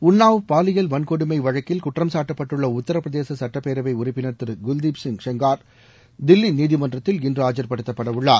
உன்னாவ் பாலியல் வன்கொடுமை வழக்கில் குற்றம்சாட்டப்பட்டுள்ள உத்தரப்பிரதேச சட்டப்பேரவை உறுப்பினர் திரு குல்தீப் சிங் ஷெங்கார் தில்லி நீதிமன்றத்தில் இன்று ஆஜர்ப்படுத்தப்படவுள்ளார்